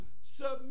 submit